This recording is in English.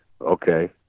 okay